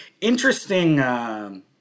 interesting